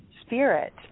spirit